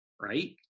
right